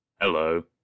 Hello